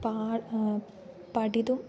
पाठः पठितुम्